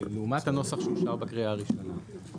לעומת הנוסח שאושר בקריאה הראשונה.